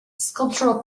sculptural